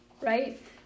right